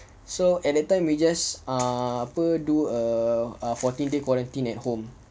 so anytime we just ah apa do uh uh fourteen day quarantine at home